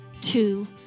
two